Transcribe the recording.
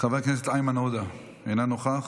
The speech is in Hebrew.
חבר הכנסת איימן עודה, אינו נוכח,